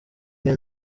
niyo